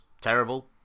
terrible